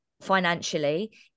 financially